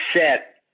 set